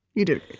you did